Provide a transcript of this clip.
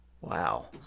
wow